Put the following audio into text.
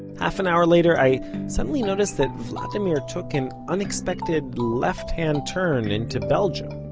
half an hour later, i suddenly noticed that vladimir took an unexpected left hand turn, into belgium.